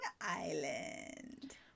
Island